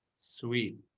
sweet.